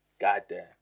goddamn